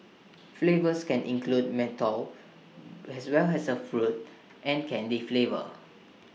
flavours can include menthol as well as A fruit and candy flavours